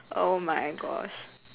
oh my gosh